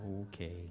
Okay